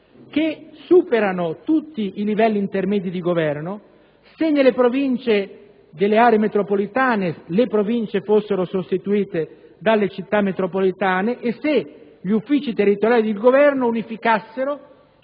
e superassero tutti i livelli intermedi di governo; cosa potrebbe accadere se nelle aree metropolitane le Province fossero sostituite dalle Città metropolitane e se gli uffici territoriali di Governo unificassero tutti